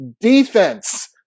Defense